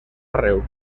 arreu